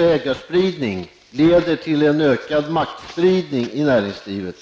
ägarspridning leder till en ökad maktspridning inom näringslivet.